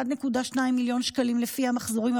1.2 מיליון שקלים לפי המחזורים,